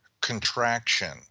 contraction